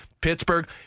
Pittsburgh